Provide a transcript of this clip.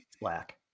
Black